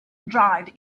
dried